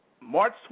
March